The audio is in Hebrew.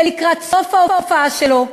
ולקראת סוף ההופעה שלו,